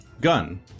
Gun